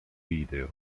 video